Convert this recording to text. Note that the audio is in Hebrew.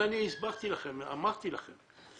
אני הסברתי לכם, אמרתי לכם.